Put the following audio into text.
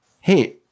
Hey